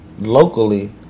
locally